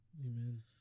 amen